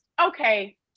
okay